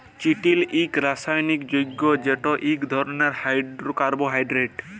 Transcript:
চিটিল ইকট রাসায়লিক যগ্য যেট ইক ধরলের কার্বোহাইড্রেট